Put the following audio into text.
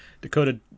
Dakota